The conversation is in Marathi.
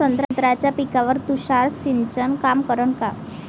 संत्र्याच्या पिकावर तुषार सिंचन काम करन का?